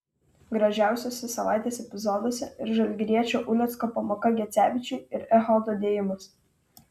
gražiausiuose savaitės epizoduose ir žalgiriečio ulecko pamoka gecevičiui ir echodo dėjimas